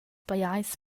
pajais